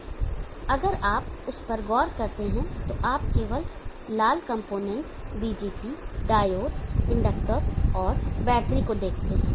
तो अगर आप उस पर गौर करते हैं तो आप केवल लाल components BJT diode inductor battery को देखते हैं